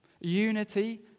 Unity